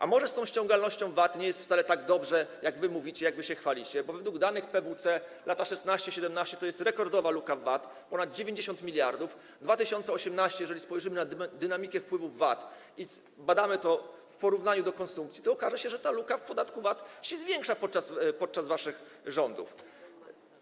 A może z tą ściągalnością VAT nie jest wcale tak dobrze, jak wy mówicie, jak wy się chwalicie, bo według danych PwC lata 2016–2017 to jest rekordowa luka w VAT, ponad 90 mld, rok 2018 - jeżeli spojrzymy na dynamikę wpływów VAT i zbadamy to w porównaniu do konsumpcji, to okaże się, że ta luka w podatku VAT się zwiększa podczas waszych rządów.